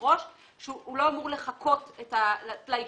אבל הוא לא מקובע בחקיקה,